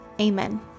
Amen